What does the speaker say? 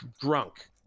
drunk